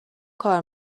کار